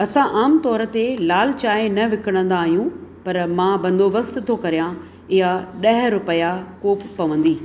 असां आम तौर ते लाल चाहिं न विकिणंदा आहियूं पर मां बंदोबस्तु थो करियां इहा ॾह रुपिया कोप पवंदी